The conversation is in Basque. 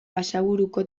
basaburuko